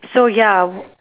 so ya